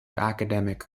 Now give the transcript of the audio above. academic